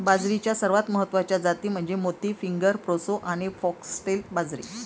बाजरीच्या सर्वात महत्वाच्या जाती म्हणजे मोती, फिंगर, प्रोसो आणि फॉक्सटेल बाजरी